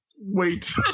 wait